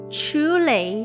truly